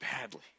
badly